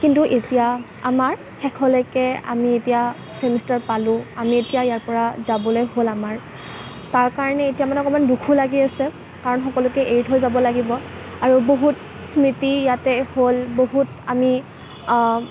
কিন্তু এতিয়া আমাৰ শেষলৈকে আমি এতিয়া ছেমিষ্টাৰ পালোঁ আমি এতিয়া ইয়াৰ পৰা যাবলৈ হ'ল আমাৰ তাৰ কাৰণে এতিয়া মানে অকণমান দুখো লাগি আছে কাৰণ সকলোকে এৰি থৈ যাব লাগিব আৰু বহুত স্মৃতি ইয়াতে হ'ল বহুত আমি